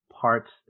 parts